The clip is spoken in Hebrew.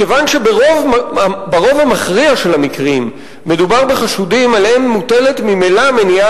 מכיוון שברוב המכריע של המקרים מדובר בחשודים שממילא מוטל